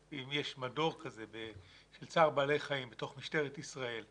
אם יש מדור כזה של צער בעלי חיים בתוך משטרת ישראל,